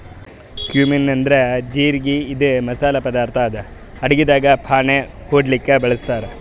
cumin ಅಂದ್ರ ಜಿರಗಿ ಇದು ಮಸಾಲಿ ಪದಾರ್ಥ್ ಅದಾ ಅಡಗಿದಾಗ್ ಫಾಣೆ ಹೊಡ್ಲಿಕ್ ಬಳಸ್ತಾರ್